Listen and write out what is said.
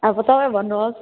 अब तपाईँ भन्नुहोस्